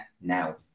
Now